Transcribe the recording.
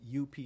UP